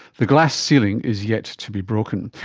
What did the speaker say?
the glass ceiling is yet to be broken,